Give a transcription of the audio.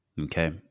Okay